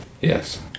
Yes